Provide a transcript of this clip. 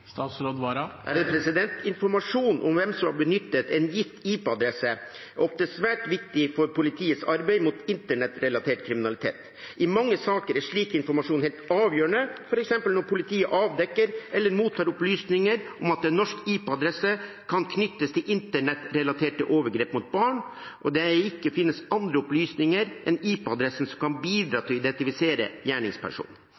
Informasjon om hvem som har benyttet en gitt IP-adresse, er ofte svært viktig for politiets arbeid mot internettrelatert kriminalitet. I mange saker er slik informasjon helt avgjørende, f.eks. når politiet avdekker eller mottar opplysninger om at en norsk IP-adresse kan knyttes til internettrelaterte overgrep mot barn, og det ikke er andre opplysninger enn IP-adressen som kan